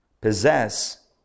possess